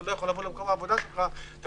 אתה לא יכול לבוא למקום העבודה שלך אתה